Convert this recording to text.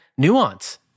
nuance